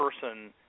person